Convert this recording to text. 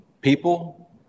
people